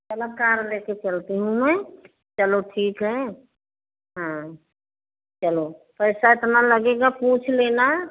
चलो कार लेके चलती हूँ मैं चलो ठीक है हाँ चलो पैसा इतना लगेगा पूछ लेना